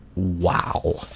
wow,